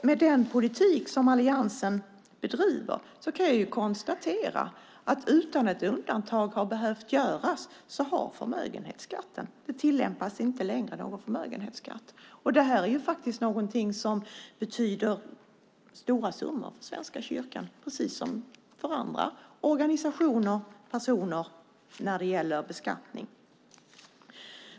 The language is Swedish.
Med den politik som alliansen bedriver kan jag konstatera att utan att undantag har behövt göras tas det inte längre ut någon förmögenhetsskatt. Det innebär stora summor för Svenska kyrkan, liksom för andra organisationer och för personer när det gäller beskattning.